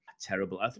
terrible